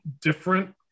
different